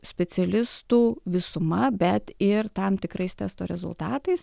specialistų visuma bet ir tam tikrais testo rezultatais